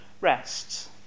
rests